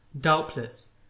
doubtless